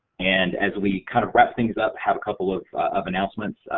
and as we kind of wrap things up have couple of of announcements,